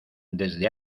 desde